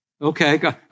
Okay